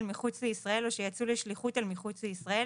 מחוץ לישראל או שיצאו לשליחות אל מחוץ לישראל,